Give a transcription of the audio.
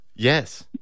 Yes